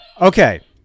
Okay